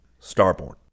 Starborn